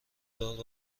دار